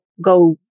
go